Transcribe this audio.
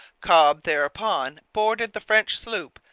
cobb thereupon boarded the french sloop,